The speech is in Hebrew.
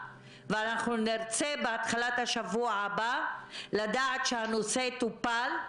ונרצה בהתחלת השבוע הבא לדעת שהנושא טופל,